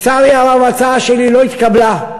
לצערי הרב, ההצעה שלי לא התקבלה,